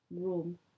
room